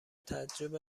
تعجب